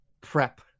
prep